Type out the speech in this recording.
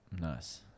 Nice